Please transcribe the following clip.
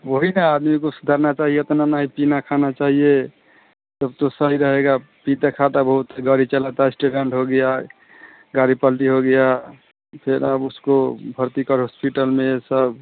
वही ना आदमी को करना चाहिए इतना नहीं पीना खाना चाहिए तब तो सही रहेगा पीता खाता बहुत तेज गाड़ी चलाता है एक्सीडेन्ट हो गया गाड़ी पलटी हो गई फिर अब उसको भर्ती करो हॉस्पिटल में यह सब